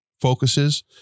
focuses